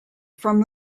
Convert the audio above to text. from